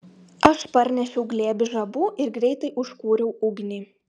aš parnešiau glėbį žabų ir greitai užkūriau ugnį